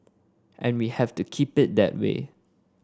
and we have to keep it that way